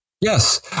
Yes